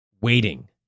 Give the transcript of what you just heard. waiting